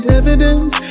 evidence